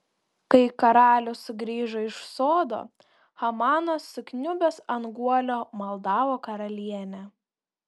kai karalius sugrįžo iš sodo hamanas sukniubęs ant guolio maldavo karalienę